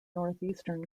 northeastern